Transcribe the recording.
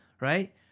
right